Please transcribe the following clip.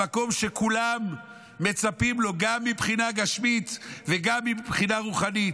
המקום שכולם מצפים לו גם מבחינה גשמית וגם מבחינה רוחנית.